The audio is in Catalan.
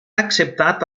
acceptat